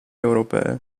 europee